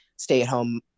stay-at-home